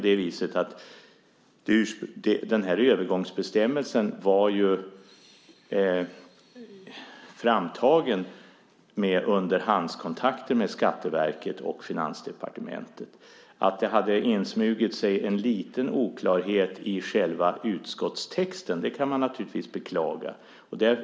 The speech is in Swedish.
Den övergångsbestämmelsen var framtagen med underhandskontakter med Skatteverket och Finansdepartementet. Att det hade insmugit sig en liten oklarhet i själva utskottstexten kan man naturligtvis beklaga.